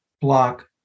block